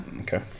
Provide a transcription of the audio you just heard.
Okay